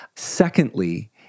Secondly